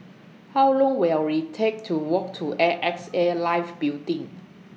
How Long Will IT Take to Walk to A X A Life Building